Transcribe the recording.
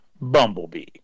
Bumblebee